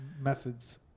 methods